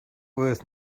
worth